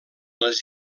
les